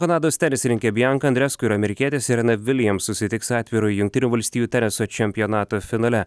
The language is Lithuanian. kanados tenisininkė bjanka andresko ir amerikietė sirena viljams susitiks atviro jungtinių valstijų teniso čempionato finale